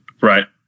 Right